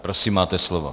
Prosím, máte slovo.